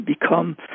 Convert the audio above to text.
become